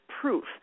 proof